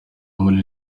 muri